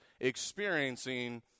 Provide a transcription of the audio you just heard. experiencing